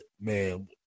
man